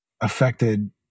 affected